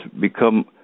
become